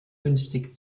günstig